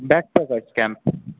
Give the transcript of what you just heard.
backpacker camp